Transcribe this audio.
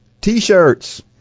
T-shirts